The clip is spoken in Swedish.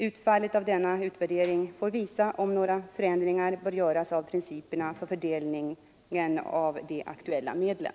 Utfallet av denna utvärdering får visa om några förändringar bör göras av principerna för fördelningen av de aktuella medlen.